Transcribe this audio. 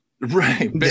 Right